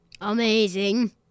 Amazing